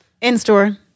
In-store